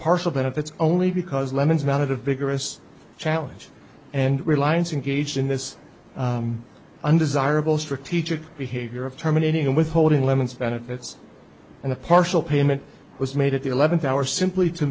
partial benefits only because lemons mounted a vigorous challenge and reliance and gauged in this undesirable strategic behavior of terminating withholding women's benefits and a partial payment was made at the eleventh hour simply to